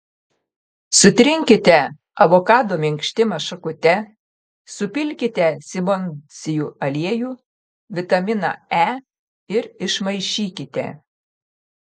sutrinkite avokado minkštimą šakute supilkite simondsijų aliejų vitaminą e ir išmaišykite